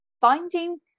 finding